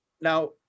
Now